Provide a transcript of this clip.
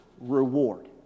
reward